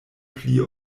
pli